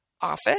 office